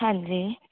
ਹਾਂਜੀ